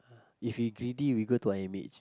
if we greedy we go to I_M_H